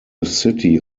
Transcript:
city